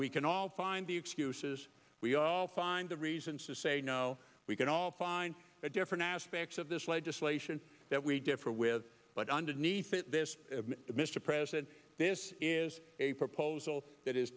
we can all find the excuses we all find a reason to say no we can all find a different aspects of this legislation that we differ with but underneath it mr president this is a proposal that is